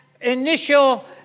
initial